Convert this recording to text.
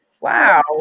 Wow